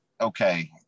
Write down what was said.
okay